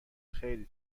خیلی